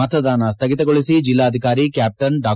ಮತದಾನ ಸ್ಥಗಿತಗೊಳಿಸಿ ಜಿಲ್ಲಾಧಿಕಾರಿ ಕ್ಯಾಪ್ಟನ್ ಡಾ